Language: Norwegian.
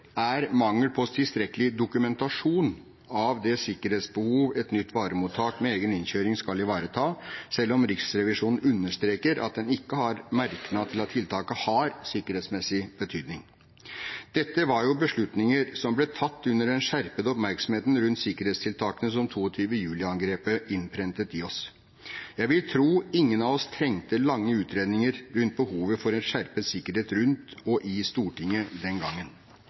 er mangel på tilstrekkelig dokumentasjon av det sikkerhetsbehovet et nytt varemottak med egen innkjøring skal ivareta, selv om Riksrevisjonen understreker at den ikke har merknad til at tiltaket har sikkerhetsmessig betydning. Dette var jo beslutninger som ble tatt under den skjerpede oppmerksomheten rundt sikkerhetstiltak som 22. juli-angrepet innprentet i oss. Jeg vil tro ingen av oss trengte lange utredninger rundt behovet for en skjerpet sikkerhet rundt og i Stortinget den gangen.